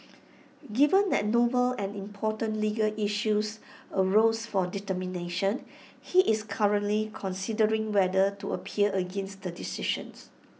given that novel and important legal issues arose for determination he is currently considering whether to appeal against the decisions